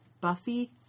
Buffy